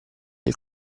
del